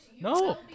No